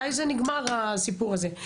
מתי זה נגמר הסיפור הזה.